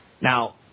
Now